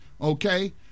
okay